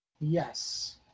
Yes